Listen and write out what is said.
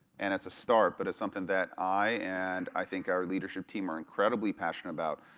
and it's a start, but it's something that i and i think our leadership team are incredibly passionate about.